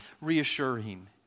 reassuring